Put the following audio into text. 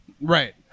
Right